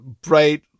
bright